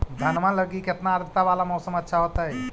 धनमा लगी केतना आद्रता वाला मौसम अच्छा होतई?